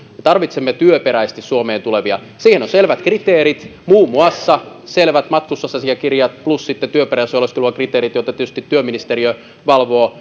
me tarvitsemme työperäisesti suomeen tulevia siihen on selvät kriteerit muun muassa selvät matkustusasiakirjat plus sitten työperäisen oleskeluluvan kriteerit joita tietysti työministeriö valvoo